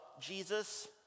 Jesus